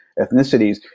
ethnicities